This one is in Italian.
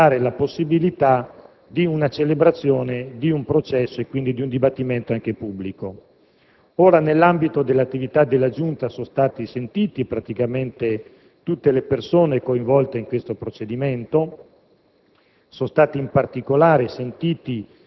che a suo giudizio potevano presentare la possibilità di una celebrazione di un processo e quindi di un dibattimento anche pubblico. Nell'ambito dell'attività della Giunta, sono state sentite tutte le persone coinvolte in questo procedimento;